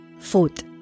Fourth